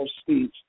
speech